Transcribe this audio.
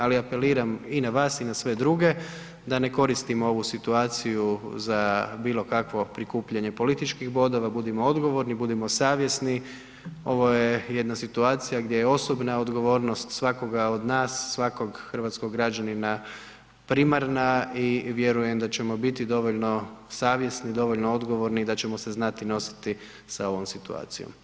Ali, apeliram i na vas i na sve druge da ne koristimo ovu situaciju za bilo kakvo prikupljanje političkih bodova, budimo odgovorni, budimo savjesni, ovo je jedna situacija gdje je osobna odgovornost svakoga od nas, svakog hrvatskog građanina primarna i vjerujem da ćemo biti dovoljno savjesni, dovoljno odgovorni i da ćemo se znati nositi sa ovom situacijom.